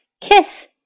kiss